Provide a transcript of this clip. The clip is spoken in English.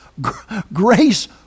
grace